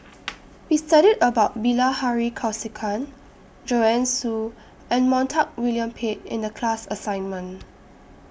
We studied about Bilahari Kausikan Joanne Soo and Montague William Pett in The class assignment